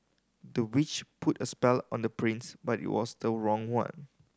the witch put a spell on the prince but it was the wrong one